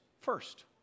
first